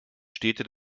städte